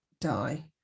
die